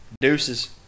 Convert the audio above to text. Deuces